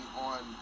on